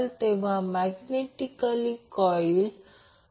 P चे मूल्य जास्तीत जास्त असते जेव्हा x g XL असतो